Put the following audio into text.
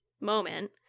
moment